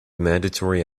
mandatory